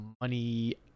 money